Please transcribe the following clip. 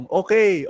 okay